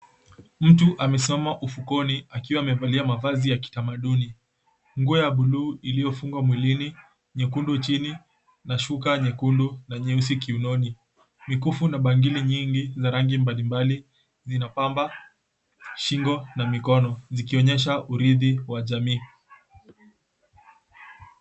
Mtu amesimama ufukoni akiwa amevalia mavazi ya kitamaduni nguo ya buluu iliyofungwa mwilini nyekundu chini na shuka nyekundu na nyeusi kiunoni, mikufu na bangili nyingi za rangi mbalimbali zinabamba shingo na mikono zikionyesha uridhi wa jamii.